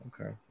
Okay